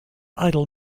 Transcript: idle